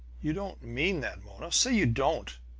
you don't mean that, mona! say you don't!